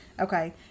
Okay